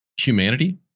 humanity